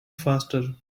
faster